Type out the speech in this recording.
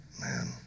Man